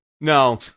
No